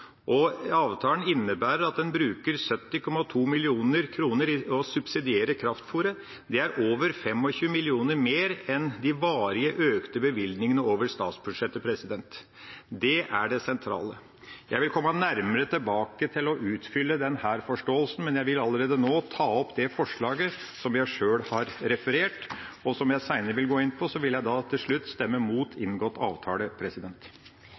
Avtalen innebærer at en bruker 70,2 mill. kr til å subsidiere kraftfôret. Det er over 25 mill. kr mer enn de varige økte bevilgningene over statsbudsjettet. Det er det sentrale. Jeg vil komme nærmere tilbake og utfylle denne forståelsen, men jeg vil allerede nå ta opp det forslaget som jeg sjøl har referert til, og som jeg seinere vil gå inn på. Så til slutt: Jeg